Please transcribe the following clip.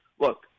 Look